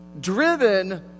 driven